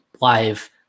live